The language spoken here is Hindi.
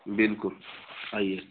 बिल्कुल आइए